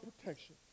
protection